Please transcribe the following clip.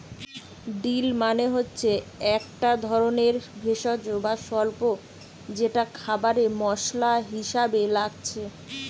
deal মানে হচ্ছে একটা ধরণের ভেষজ বা স্বল্প যেটা খাবারে মসলা হিসাবে লাগছে